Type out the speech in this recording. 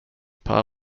paar